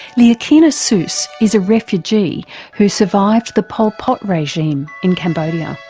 leahkhana suos is a refugee who survived the pol pot regime in cambodia.